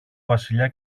βασιλιά